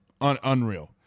unreal